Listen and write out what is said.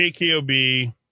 KKOB